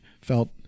felt